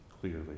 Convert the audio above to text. clearly